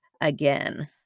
again